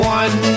one